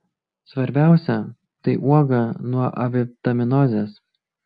svarbiausia tai uoga nuo avitaminozės